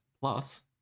plus